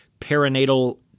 perinatal